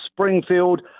Springfield